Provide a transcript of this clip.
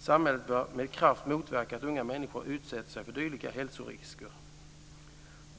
Samhället bör med kraft motverka att unga människor utsätter sig för dylika hälsorisker.